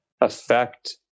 affect